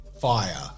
Fire